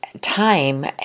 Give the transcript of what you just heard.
time